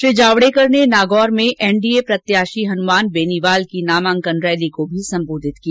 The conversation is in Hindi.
श्री जावडेकर ने नागौर में एनडीए प्रत्याशी हनुमान बेनीवाल की नामांकन रैली को भी संबोधित किया